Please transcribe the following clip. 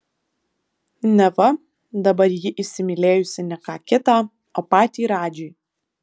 neva dabar ji įsimylėjusi ne ką kitą o patį radžį